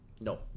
No